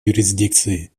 юрисдикции